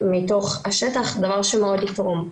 מתוך השטח, דבר שמאוד יתרום.